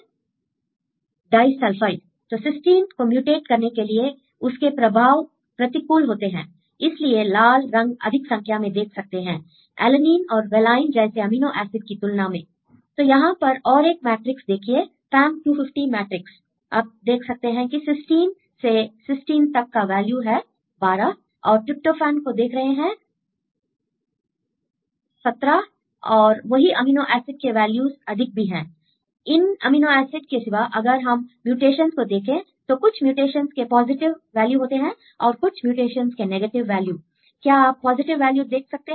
student disulfide bond disulfide I तो cysteine को mutate करने से उसके प्रभाव प्रतिकूल होते हैं I इसीलिए लाल रंग अधिक संख्या में देख सकते हैं एलेनीन और वेलाइन जैसी अमीनो एसिड की तुलना में I तो यहां पर और एक मैट्रिक्स देखिए पाम 250 मैट्रिक्स I आप देख सकते हैं कि सिस्टीन से सिस्टीन तक का वैल्यू है 12 और ट्रिप्टोफैन का देख रहे हैं 17 और वही अमीनो एसिड के वैल्यूज़ अधिक भी हैं I इन अमीनो एसिड के सिवा अगर हम म्यूटेशंस को देखें तो कुछ म्यूटेशन के पॉजिटिव वैल्यू होते हैं और कुछ म्यूटेशंस के नेगेटिव वैल्यू I क्या आप पॉजिटिव वैल्यू देख सकते हैं